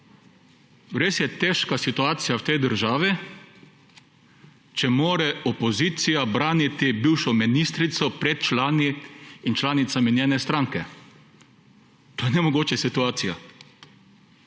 res je težka situacija v tej državi, če mora opozicija braniti bivšo ministrico pred člani in članicami njene stranke. To je nemogoča situacija,